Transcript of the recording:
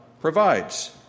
provides